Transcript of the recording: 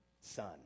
Son